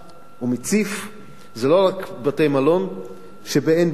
הוא מציף לא רק בתי-מלון בעין-בוקק